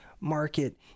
market